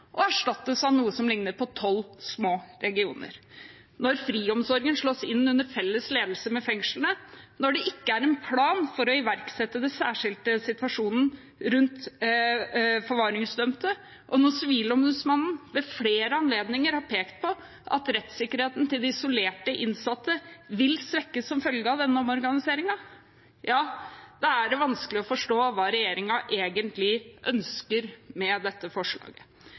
og erstattes av noe som ligner på tolv små regioner. Når friomsorgen slås inn under felles ledelse med fengslene, når det ikke er en plan for å iverksette den særskilte situasjonen rundt forvaringsdømte, og når Sivilombudsmannen ved flere anledninger har pekt på at rettssikkerheten til de isolerte innsatte vil svekkes som følge av denne omorganiseringen, ja, da er det vanskelig å forstå hva regjeringen egentlig ønsker med dette forslaget.